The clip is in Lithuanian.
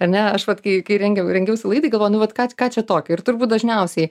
ar ne aš vat kai kai rengiau rengiausi laidai galvoju nu vat ką ką čia tokio ir turbūt dažniausiai